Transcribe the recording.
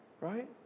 Right